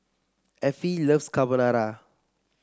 Affie loves Carbonara